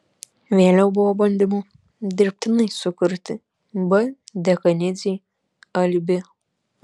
vėliau buvo bandymų dirbtinai sukurti b dekanidzei alibi